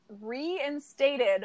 reinstated